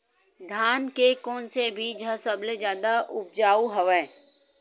धान के कोन से बीज ह सबले जादा ऊपजाऊ हवय?